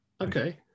Okay